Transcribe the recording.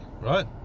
right